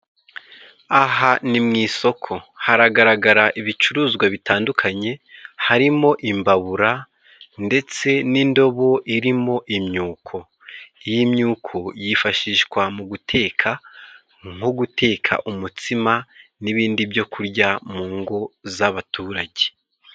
Aha ni mu isoko haragaragara ibicuruzwa bitandukanye harimo imbabura ndetse n'indobo irimo imyuko. Iyi myuko yifashishwa mu guteka, nko guteka umutsima n'ibindi byo kurya mu ngo z'abaturage.